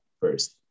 first